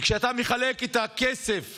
וכשאתה מחלק את הכסף